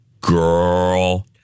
Girl